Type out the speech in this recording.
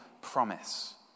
promise